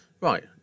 right